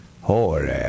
Holy